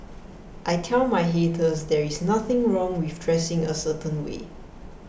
I tell my haters there is nothing wrong with dressing a certain way